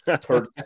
turd